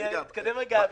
אני אתקדם רגע.